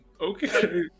Okay